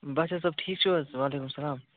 باسِت صٲب ٹھیٖک چھُو حظ وعلیکُم السَلام